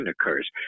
occurs